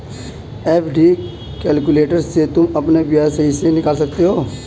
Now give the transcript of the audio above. FD calculator से तुम अपना ब्याज सही से निकाल सकते हो